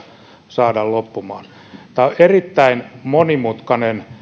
saada loppumaan tämä on erittäin monimutkainen